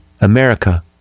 America